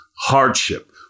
hardship